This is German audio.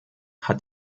hat